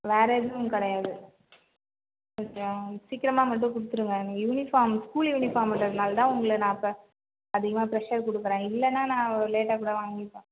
வேறு எதுவும் கிடையாது கொஞ்சம் சீக்கிரமாக மட்டும் கொடுத்துடுங்க எனக்கு யூனிஃபார்ம் ஸ்கூல் யூனிஃபார்ம்ன்றதனால் தான் உங்களை நான் இப்போ அதிகமாக ப்ரஷர் குடுக்குறேன் இல்லன்னா நான் லேட்டாக கூட வாங்கிப்பேன்